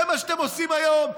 זה מה שאתם עושים היום.